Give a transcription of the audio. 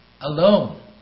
alone